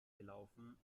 gelaufen